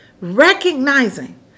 recognizing